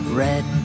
red